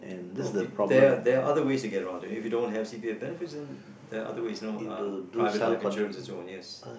good there there are other ways to get around if you don't have C_P_F benefits then there are other ways you know uh private life insurance and so on yes